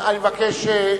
אני מבקש,